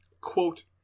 Quote